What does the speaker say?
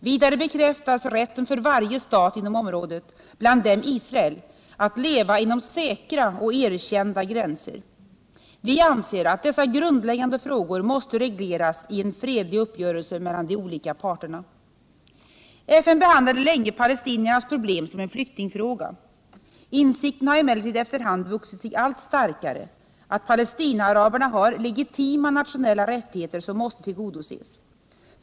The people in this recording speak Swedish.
Vidare bekräftas rätten för varje stat inom området, bland dem Israel, att leva inom säkra och erkända gränser. Vi anser att dessa grundläggande frågor måste regleras i en fredlig uppgörelse mellan de olika parterna. FN behandlade länge palestiniernas problem som en flyktingfråga. Insikten har emellertid efter hand vuxit sig allt starkare att Palestinaaraberna har legitima nationella rättigheter som måste tillgodoses.